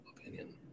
opinion